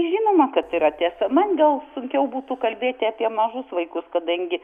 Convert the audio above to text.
žinoma kad tai yra tiesa man gal sunkiau būtų kalbėti apie mažus vaikus kadangi